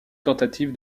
tentative